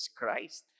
Christ